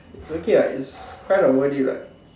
it's okay what it's kind of worth it what